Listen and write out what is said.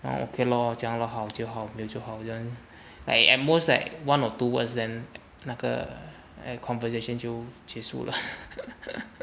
oh okay lor 这样 lor 好就好这样 like at most like one or two words then 那个 uh conversation 就结束了